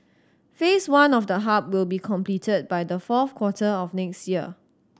Phase One of the hub will be completed by the fourth quarter of next year